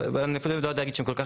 אני אפילו לא יודע להגיד שהם כל כך